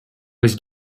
was